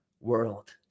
world